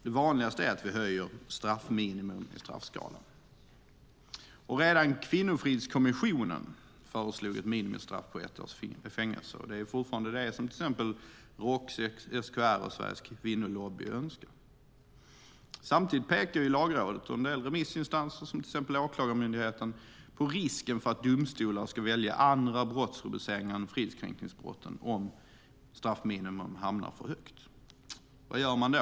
Det vanligaste är att höja straffminimum i straffskalan. Redan Kvinnofridskommissionen föreslog ett minimistraff på ett års fängelse, och det är fortfarande det som till exempel Roks, SKR och Sveriges Kvinnolobby önskar. Samtidigt pekar Lagrådet och en del remissinstanser, till exempel Åklagarmyndigheten, på risken för att domstolar ska välja andra brottsrubriceringar än fridskränkningsbrotten om straffminimum hamnar för högt. Vad gör man då?